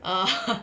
err